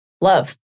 love